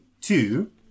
Two